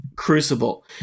Crucible